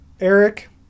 Eric